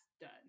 done